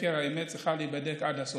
האמת צריכה להיחקר ולהיבדק עד הסוף.